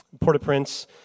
Port-au-Prince